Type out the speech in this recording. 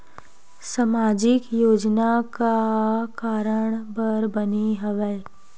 सामाजिक योजना का कारण बर बने हवे?